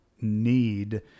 need